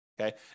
okay